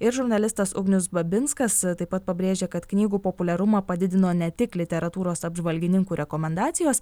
ir žurnalistas ugnius babinckas taip pat pabrėžia kad knygų populiarumą padidino ne tik literatūros apžvalgininkų rekomendacijos